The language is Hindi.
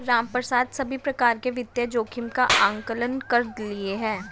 रामप्रसाद सभी प्रकार के वित्तीय जोखिम का आंकलन कर लिए है